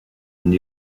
une